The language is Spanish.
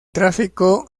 tráfico